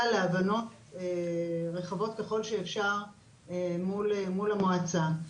להבנות רחבות ככל שאפשר מול המועצה.